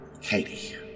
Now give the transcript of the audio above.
Katie